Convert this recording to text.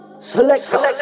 Selector